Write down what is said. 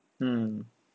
mm